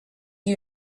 you